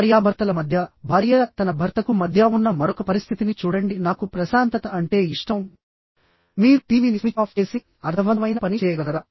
భార్యాభర్తల మధ్య భార్య తన భర్తకు మధ్య ఉన్న మరొక పరిస్థితిని చూడండిః నాకు ప్రశాంతత అంటే ఇష్టంమీరు టీవీని స్విచ్ ఆఫ్ చేసి అర్ధవంతమైన పని చేయగలరా